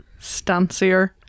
stancier